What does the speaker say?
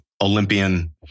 Olympian